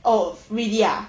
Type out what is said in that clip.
oh really ah